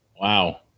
wow